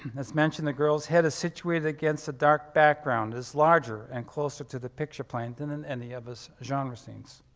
as mentioned, the girl's head is situated against a dark background, is larger and closer to the picture plane than in any of his genre scenes.